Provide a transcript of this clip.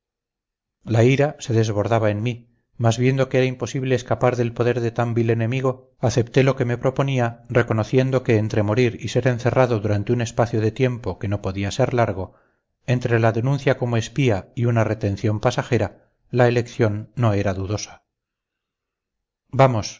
la ira se desbordaba en mí mas viendo que era imposible escapar del poder de tan vil enemigo acepté lo que me proponía